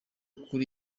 kuri